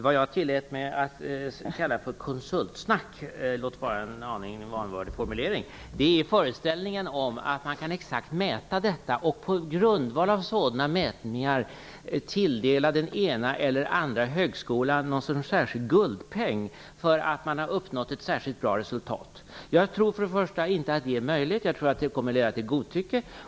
Vad jag tillät mig att kalla för konsultsnack - låt vara att det är en aning vanvördig formulering - var föreställningen om att det exakt går att mäta kvaliteten och på grundval av sådana mätningar tilldela den ena eller den andra högskolan någon guldpeng för att man har uppnått ett särskilt bra resultat. Jag tror för det första inte att det är möjligt; jag tror att det kommer att leda till godtycke.